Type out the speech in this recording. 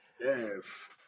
Yes